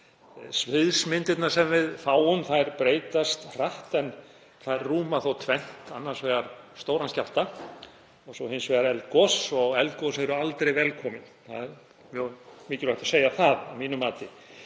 Sviðsmyndirnar sem við fáum breytast hratt en þær rúma þó tvennt, annars vegar stóran skjálfta og svo hins vegar eldgos og eldgos eru aldrei velkomin. Það er mjög mikilvægt að segja það, að mínu mati.